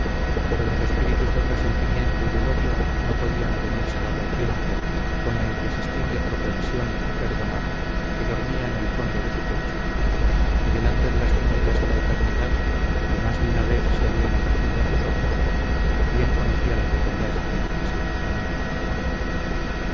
pero los ímpetus del resentimiento y del odio no podían avenirse largo tiempo con la irresistible propensión a perdonar que dormía en el fondo de su pecho y delante de las tinieblas de la eternidad que más de una vez se habían ofrecido a sus ojos bien conocía la pequeñez de las pasiones humanas